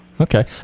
Okay